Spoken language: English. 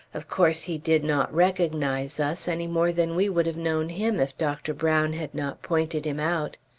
of course he did not recognize us, any more than we would have known him if dr. brown had not pointed him out.